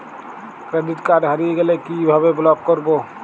Credit card হারিয়ে গেলে কি ভাবে ব্লক করবো?